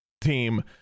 team